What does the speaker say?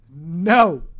No